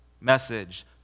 message